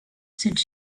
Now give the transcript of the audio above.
since